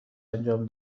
انجام